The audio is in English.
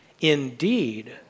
Indeed